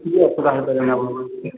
କିିଛି ବି ଅସୁବିଧା ହେଇପାରିବନି ଆପଣଙ୍କର